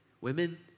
women